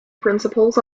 principles